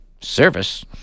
service